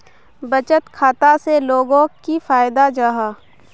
बचत खाता से लोगोक की फायदा जाहा?